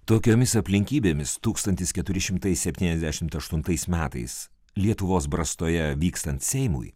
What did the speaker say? tokiomis aplinkybėmis tūkstantis keturi šimtai septyniasdešimt aštuntais metais lietuvos brastoje vykstant seimui